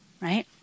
Right